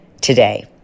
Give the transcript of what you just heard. today